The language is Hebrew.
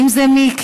אם זה מיקי,